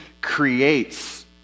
creates